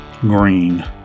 green